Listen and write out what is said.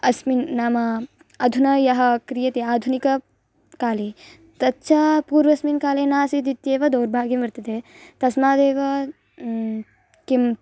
अस्मिन् नाम अधुना यः क्रियते आधुनिककाले तच्च पूर्वस्मिन्काले न आसीत् इत्येव दौर्भाग्यं वर्तते तस्मादेव किम्